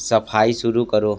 सफाई शुरू करो